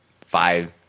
five